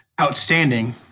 outstanding